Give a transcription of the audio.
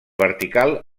vertical